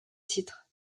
titre